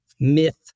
myth